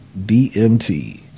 DMT